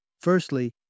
Firstly